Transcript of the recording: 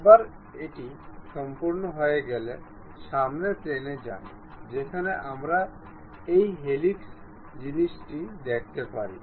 একবার এটি সম্পন্ন হয়ে গেলে সামনের প্লেনে যান যেখানে আমরা এই হেলিক্স জিনিসটি দেখতে পারি